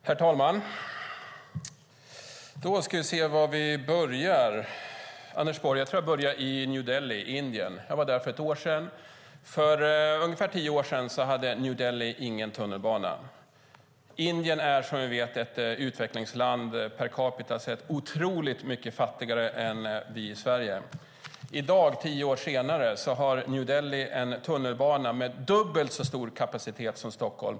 Herr talman! Då ska vi se var vi börjar. Anders Borg, jag tror att jag börjar i New Delhi i Indien. Jag var där för ett år sedan. För ungefär tio år sedan hade New Delhi ingen tunnelbana. Indien är som vi vet ett utvecklingsland. Per capita sett är man otroligt mycket fattigare än vi i Sverige. I dag, tio år senare, har New Delhi en tunnelbana med dubbelt så stor kapacitet som Stockholms.